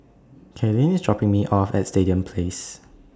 Cailyn IS dropping Me off At Stadium Place